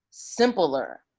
simpler